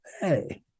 Hey